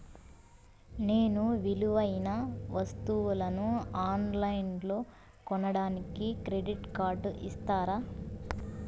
నేను విలువైన వస్తువులను ఆన్ లైన్లో కొనడానికి క్రెడిట్ కార్డు ఇస్తారా?